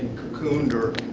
cocooned or